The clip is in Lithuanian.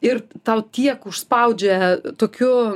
ir tau tiek užspaudžia tokiu